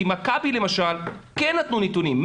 מכבי למשל כן נתנו נתונים,